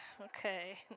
Okay